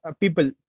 people